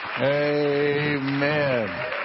Amen